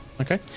Okay